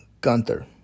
Gunther